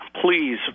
please